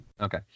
Okay